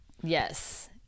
Yes